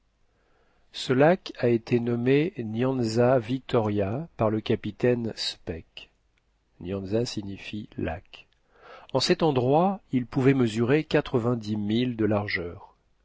ce lac a été nommé nyauza victoria par le capitaine speke en cet endroit il pouvait mesurer quatre-vingt-dix milles de largeur